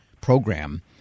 program